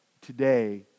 today